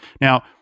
Now